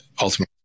ultimately